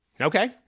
Okay